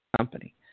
company